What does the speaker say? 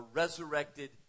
resurrected